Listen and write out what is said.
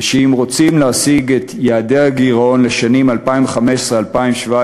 ושאם רוצים להשיג את יעדי הגירעון לשנים 2015 2017,